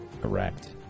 Correct